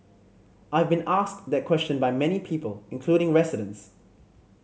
I've been asked that question by many people including residents